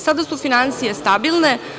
Sada su finansije stabilne.